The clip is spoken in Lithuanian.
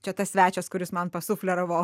čia tas svečias kuris man pasufleravo